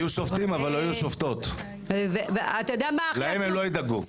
יהיו שופטים אבל לא יהיו שופטות, להן הם לא ידאגו.